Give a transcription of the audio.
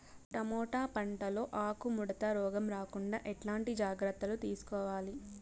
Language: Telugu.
టమోటా పంట లో ఆకు ముడత రోగం రాకుండా ఎట్లాంటి జాగ్రత్తలు తీసుకోవాలి?